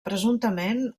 presumptament